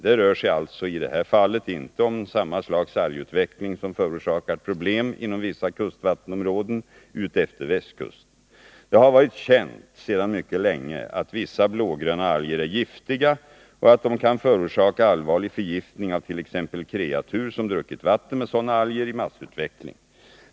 Det rör sig alltså i det här fallet inte om samma slags algutveckling som förorsakat problem inom vissa kustvattenområden utefter västkusten. Det har varit känt sedan mycket länge att vissa blågröna alger är giftiga och Nr 42 att de kan förorsaka allvarlig förgiftning av t.ex. kreatur, som druckit vatten Tisdagen den med sådana alger i massutveckling.